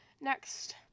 Next